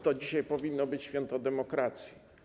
To dzisiaj powinno być święto demokracji.